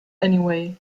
anyway